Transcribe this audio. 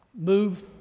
move